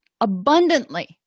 abundantly